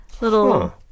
little